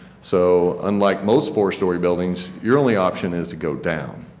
so unlike most four-story buildings, your only option is to go down.